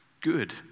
good